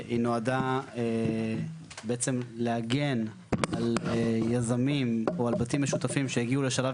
היא נועדה בעצם להגן על יזמים או על בתים משותפים שהגיעו לשלב